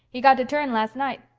he got de turn las' night.